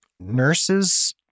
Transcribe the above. nurses